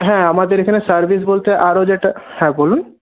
হ্যাঁ আমাদের এখানে সার্ভিস বলতে আরও যেটা হ্যাঁ বলুন